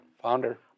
Founder